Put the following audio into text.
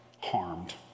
harmed